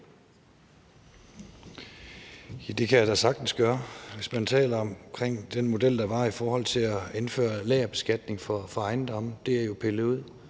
det kan jeg da sagtens gøre. Den model, der var, i forhold til at indføre lagerbeskatning for ejendomme, er jo pillet ud.